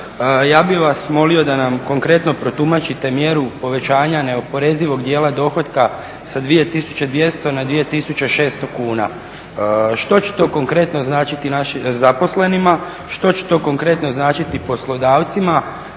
ja bih vas molio da nam konkretno protumačite mjeru povećanja neoporezivog dijela dohotka sa 2200 na 2600 kuna. Što će to konkretno značiti našim zaposlenima? Što će to konkretno značiti poslodavcima,